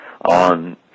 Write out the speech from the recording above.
on